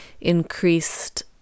increased